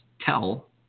tell